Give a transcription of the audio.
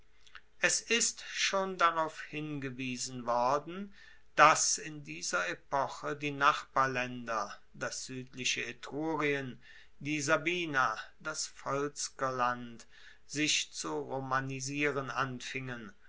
es ist schon darauf hingewiesen worden dass in dieser epoche die nachbarlaender das suedliche etrurien die sabina das volskerland sich zu romanisieren anfingen